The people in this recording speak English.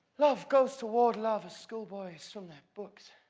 love goes toward love, as schoolboys from their books,